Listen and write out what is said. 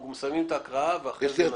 נסיים את ההקראה ואחרי זה נדון.